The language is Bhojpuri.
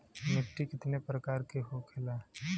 मिट्टी कितने प्रकार के होखेला?